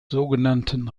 sogenannten